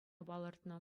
палӑртнӑ